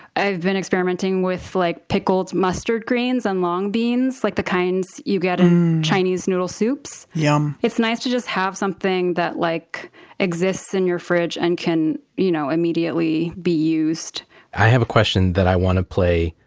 i've been experimenting with like pickled mustard greens and long beans, like the kinds you get in chinese noodle soups yum it's nice to just have something that like exists in your fridge and can you know immediately be used i have a question that i want to play,